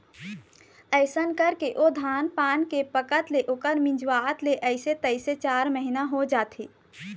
अइसन करके ओ धान पान के पकत ले ओखर मिंजवात ले अइसे तइसे चार महिना हो जाथे